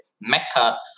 mecca